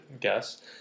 guess